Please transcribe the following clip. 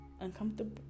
uncomfortable